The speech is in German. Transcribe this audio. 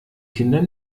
kinder